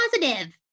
positive